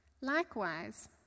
Likewise